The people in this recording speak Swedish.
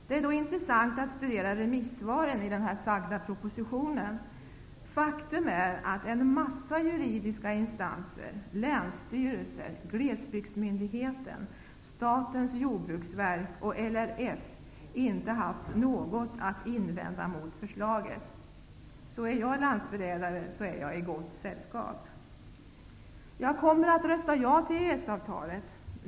Det är då intressant att studera remissvaren till den nämnda proposition. En mängd juridiska instanser, länsstyrelser, Glesbygdsmyndigheten, Statens jordbruksverk och LRF har inte haft något att invända mot förslaget. Så om jag är landsförrädare, befinner jag mig i gott sällskap. Jag kommer att rösta ja till EES-avtalet.